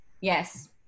Yes